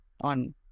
on